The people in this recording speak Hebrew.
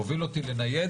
הוביל אותי לניידת,